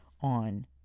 on